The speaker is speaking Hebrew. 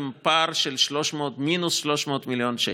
עם פער של מינוס 300 מיליון שקל.